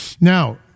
Now